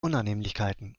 unannehmlichkeiten